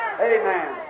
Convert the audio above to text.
Amen